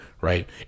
Right